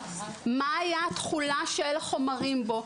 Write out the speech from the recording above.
מה הייתה התכולה של חומרים בו?